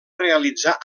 realitzar